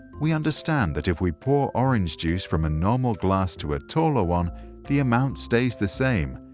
we understand that if we pour orange juice from a normal glass to a taller one the amount stays the same.